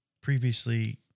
previously